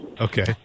Okay